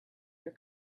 your